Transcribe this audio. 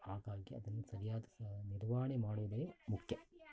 ಹಾಗಾಗಿ ಅದನ್ನು ಸರಿಯಾದ ನಿರ್ವಹಣೆ ಮಾಡುವುದೇ ಮುಖ್ಯ